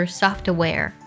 software